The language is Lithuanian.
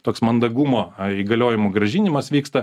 toks mandagumo ar įgaliojimų grąžinimas vyksta